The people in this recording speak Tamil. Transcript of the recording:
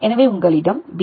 எனவே உங்களிடம் பி